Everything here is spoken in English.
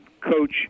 coach